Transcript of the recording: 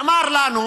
נאמר לנו